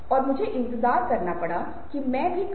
चेहरे की भावनाओं को कैप्चर करते है